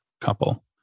couple